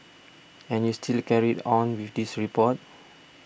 and you still carried on with this report